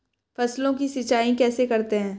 फसलों की सिंचाई कैसे करते हैं?